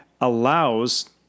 allows